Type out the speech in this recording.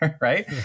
right